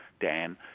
Dan